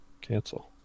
Cancel